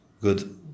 Good